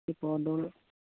Sivadol